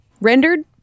rendered